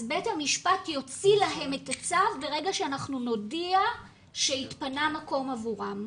אז בית המשפט יוציא להם את הצו ברגע שאנחנו נודיע שהתפנה מקום עבורם.